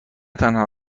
تنها